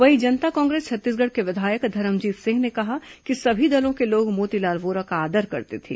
वहीं जनता कांग्रेस छत्तीसगढ़ के विधायक धरमजीत सिंह ने कहा कि सभी दलों के लोग मोतीलाल वोरा का आदर करते थे